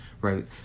right